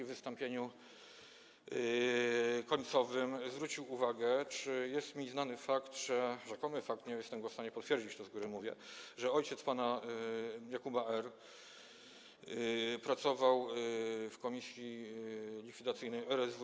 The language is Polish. w wystąpieniu końcowym zwrócił uwagę, zapytał, czy jest mi znany fakt - rzekomy fakt, nie jestem w stanie tego potwierdzić, to z góry mówię - że ojciec pana Jakuba R. pracował w komisji likwidacyjnej RSW.